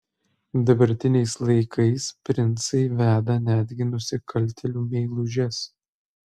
dabartiniais laikais princai veda netgi nusikaltėlių meilužes